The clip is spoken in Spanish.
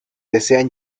desean